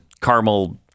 caramel